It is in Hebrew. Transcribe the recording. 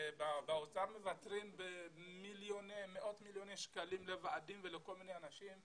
באוצר מוותרים במיליוני ובמאות מיליוני שקלים לוועדים ולכל מיני אנשים,